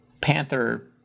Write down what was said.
Panther